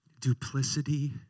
duplicity